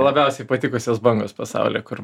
labiausiai patikusios bangos pasaulyje kur